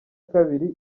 kabiri